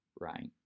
right